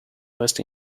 west